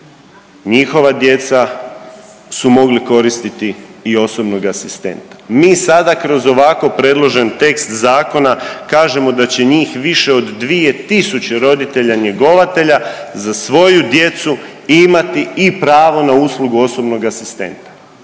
njihova djeca su mogli koristiti i osobnog asistenta. Mi sada kroz ovako predložen tekst zakona kažemo da će njih više od 2000 roditelja njegovatelja za svoju djecu imati i pravo na uslugu osobnog asistenta,